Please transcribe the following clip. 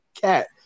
Cat